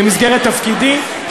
במסגרת תפקידי,